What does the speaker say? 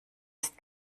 ist